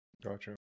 Gotcha